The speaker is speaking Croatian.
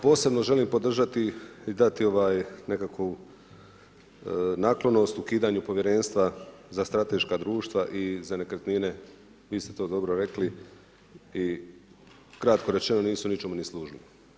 Posebno želim podržati i dati nekakvu naklonost o ukidanju povjerenstva za strateška društva i za nekretnine, vi ste to dobro rekli i kratko rečeno, nisu ničemu ni služili.